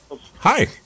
Hi